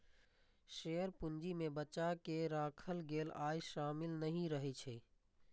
share पूंजी मे बचा कें राखल गेल आय शामिल नहि रहै छै